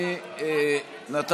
אז אני מבקש לדבר.